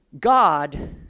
God